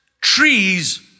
trees